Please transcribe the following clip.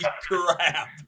crap